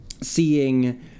seeing